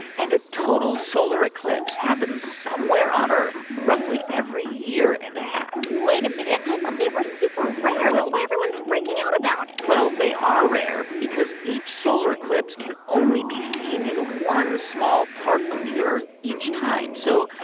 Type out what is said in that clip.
and a total solar eclipse happens somewhere on earth roughly every year and a half wait a minute. i thought they were super rare well. that's why everyone's freaking out about it well, they are rare because each solar eclipse can only be seen in one small part of the earth each time. so,